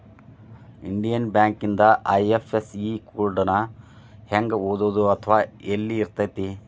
Indian ಬ್ಯಾಂಕಿಂದ IFSC code ನ ಹೆಂಗ ಓದೋದು ಅಥವಾ ಯೆಲ್ಲಿರ್ತೆತಿ?